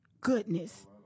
goodness